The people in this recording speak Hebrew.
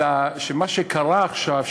אלא שמה שקרה עכשיו,